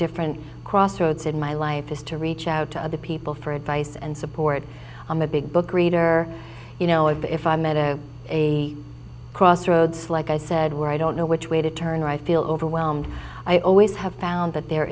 different crossroads in my life is to reach out to other people for advice and support on the big book reader you know if i met a a crossroads like i said where i don't know which way to turn right feel overwhelmed i always have found that there